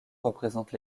représente